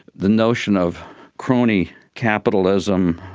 the notion of crony capitalism,